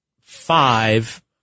five